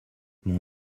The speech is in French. mon